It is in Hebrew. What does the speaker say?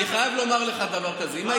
אני חייב לומר לך דבר כזה, מה חודשיים?